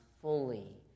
fully